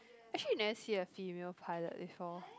actually you never see a female pilot before